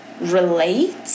relate